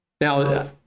Now